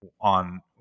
on